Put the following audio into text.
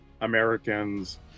Americans